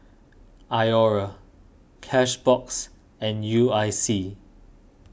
Iora Cashbox and U I C